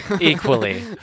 equally